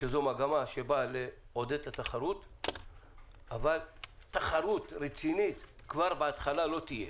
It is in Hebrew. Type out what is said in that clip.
שזו מגמה שבאה לעודד את התחרות אבל תחרות רצינית כבר בהתחלה לא תהיה